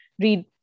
read